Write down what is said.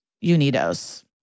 Unidos